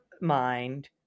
mind